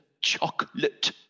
chocolate